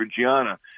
Gianna